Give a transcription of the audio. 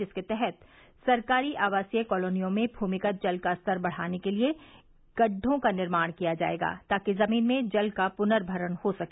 जिसके तहत सरकारी आवासीय कालोनियों में भूमिगत जल का स्तर बढ़ाने के लिए गढ़ढों का निर्माण किया जाएगा ताकि जमीन में जल का पुनर्भरण हो सके